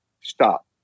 stop